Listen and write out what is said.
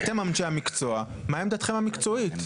אתם אנשי המקצוע, מה עמדתכם המקצועית?